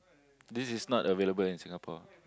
this is not available in Singapore